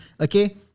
Okay